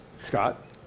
Scott